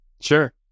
Sure